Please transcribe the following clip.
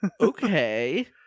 Okay